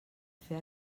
fer